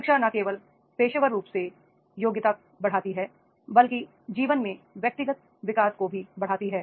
शिक्षा न केवल पेशेवर रूप से योग्यता बढ़ाती है बल्कि जीवन में व्यक्तिगत विकास को भी बढ़ाती है